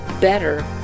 better